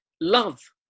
love